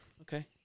Okay